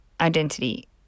identity